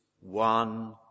one